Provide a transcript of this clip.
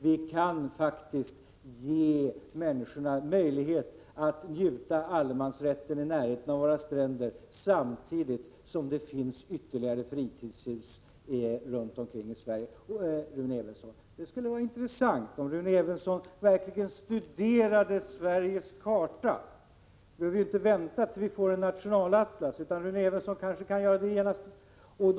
Vi kan faktiskt ge människorna möjlighet att njuta allemansrätten i närheten av våra stränder samtidigt som det byggs ytterligare fritidshus runt omkring i Sverige. Det skulle vara intressant om Rune Evensson verkligen studerade Sveriges karta. Han behöver inte vänta tills vi får en nationalatlas utan han kanske kan göra det genast.